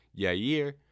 Yair